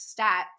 stats